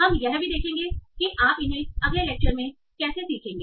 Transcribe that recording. हम यह भी देखेंगे कि आप इन्हें अगले लेक्चर में कैसे सीखेंगे